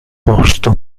posto